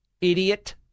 idiot